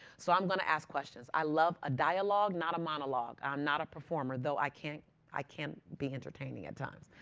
so i'm going to ask questions. i love a dialogue, not a monologue. i am not a performer, though i can i can be entertaining at times.